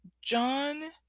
John